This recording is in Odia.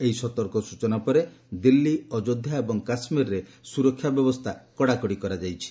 ଏହି ସତର୍କ ସୂଚନା ପରେ ଦିଲ୍ଲୀ ଅଯୋଧ୍ୟା ଏବଂ କାଶ୍ମୀରରେ ସୁରକ୍ଷା ବ୍ୟବସ୍ଥା କଡ଼ାକଡ଼ି କରାଯାଇଛି